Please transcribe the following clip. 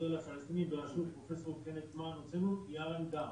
לפלסטיני בראשות פרופסור -- הוצאנו נייר עמדה.